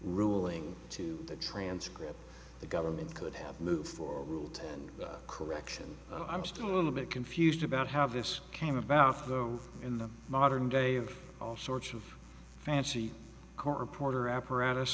ruling to the transcript the government could have moved for ruled and correction i'm still a bit confused about how this came about after go in the modern day of all sorts of fancy court reporter apparatus